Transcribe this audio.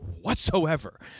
whatsoever